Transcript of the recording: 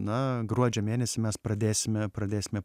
na gruodžio mėnesį mes pradėsime pradėsime